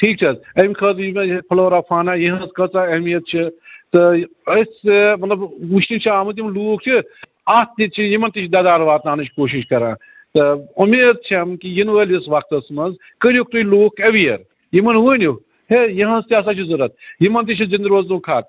ٹھیٖک چھِ حظ اَمہِ خٲطرٕ گَژھِ یہِ فٕلورا فارا یِہٕنٛز کۭژاہ اہمیت چھِ تہٕ أسۍ مطلب وٕچھنہٕ چھِ آمُت یِم لوٗکھ چھِ اتھ تہِ چھِ یِمن تہِ چھِ دَدرا واتناونچ کوٗشش کران تہٕ امیٖد چھَم کہِ یِنہٕ وٲلِس وقتَس مَنٛز کٔرۍوُکھ تُہۍ لوٗکھ ایٚویر یِمن ؤنِو ہے یِہٕنٛز تہِ ہَسا چھِ ضوٚرتھ یِمن تہِ چھِ زِندٕ روزنُک حق